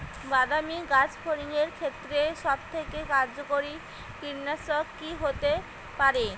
বাদামী গাছফড়িঙের ক্ষেত্রে সবথেকে কার্যকরী কীটনাশক কি হতে পারে?